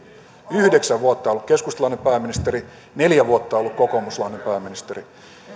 yhdeksän vuotta ollut keskustalainen pääministeri neljä vuotta ollut kokoomuslainen pääministeri